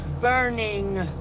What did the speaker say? burning